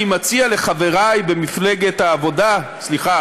אני מציע לחברי במפלגת העבודה סליחה,